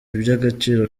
iby’agaciro